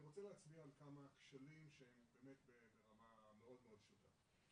אני רוצה להצביע על כמה כשלים שהם באמת ברמה מאד מאד פשוטה.